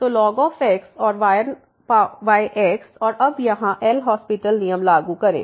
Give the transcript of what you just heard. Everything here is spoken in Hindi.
तो ln x और 1x और अब यहाँ एल हास्पिटल LHospital नियम लागू करें